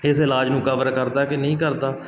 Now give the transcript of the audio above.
ਇਸ ਇਲਾਜ ਨੂੰ ਕਵਰ ਕਰਦਾ ਕਿ ਨਹੀਂ ਕਰਦਾ